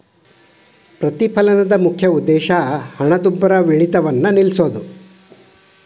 ಪ್ರತಿಫಲನದ ಮುಖ್ಯ ಉದ್ದೇಶ ಹಣದುಬ್ಬರವಿಳಿತವನ್ನ ನಿಲ್ಸೋದು